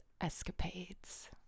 escapades